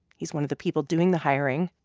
he's one of the people doing the hiring.